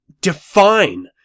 define